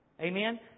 Amen